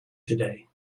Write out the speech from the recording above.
today